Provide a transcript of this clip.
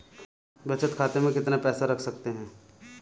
बचत खाते में कितना पैसा रख सकते हैं?